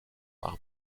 par